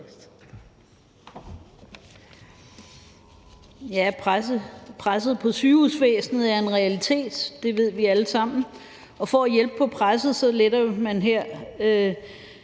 det. Presset på sygehusvæsenet er en realitet. Det ved vi alle sammen, og for at hjælpe på presset letter man her